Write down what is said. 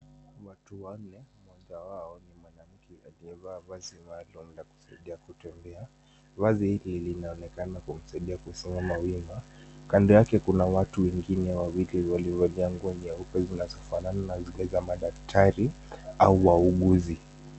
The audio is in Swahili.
Watu wanne, mmoja wao ni mwanamke aliyevaa vazi maalum la kusaidia kutembea. Vazi hili linaonekana kumsaidia kusimama wima. Kando yake kuna watu wengine wawili waliovalia nguo nyeupe zinazofanana na zile za madaktari au wauguzi.